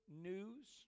news